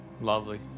Lovely